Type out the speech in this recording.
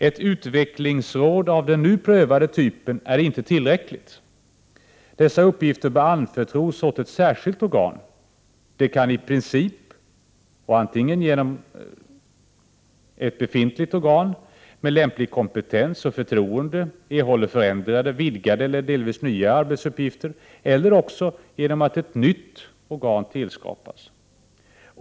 Ett utvecklingsråd av den nu prövade typen är inte tillräckligt. Uppgifterna bör anförtros åt ett särskilt organ. Det kan i princip ske genom att befintligt organ med förtroende och lämplig kompetens erhåller förändrade, vidgade och delvis nya arbetsuppgifter eller också genom att ett nytt organ skapas.